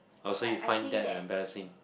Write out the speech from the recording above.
oh so you find that embarrassing